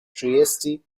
trieste